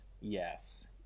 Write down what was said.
Yes